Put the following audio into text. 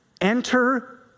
Enter